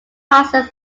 passes